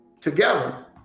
together